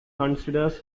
considers